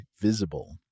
Visible